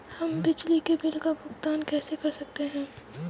हम बिजली के बिल का भुगतान कैसे कर सकते हैं?